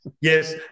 Yes